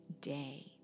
day